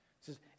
says